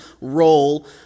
role